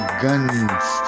guns